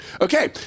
Okay